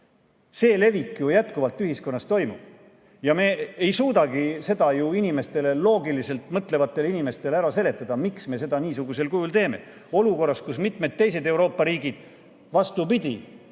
See levik ju jätkuvalt ühiskonnas toimub. Ja me ei suudagi mõtlevatele inimestele loogiliselt ära seletada, miks me seda niisugusel kujul teeme, olukorras, kus mitmed teised Euroopa riigid, vastupidi,